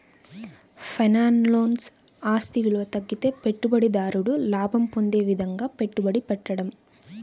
ఫైనాన్స్లో, ఆస్తి విలువ తగ్గితే పెట్టుబడిదారుడు లాభం పొందే విధంగా పెట్టుబడి పెట్టడం